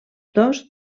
dos